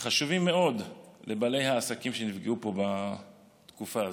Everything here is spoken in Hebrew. חשובים מאוד לבעלי העסקים שנפגעו פה בתקופה הזאת,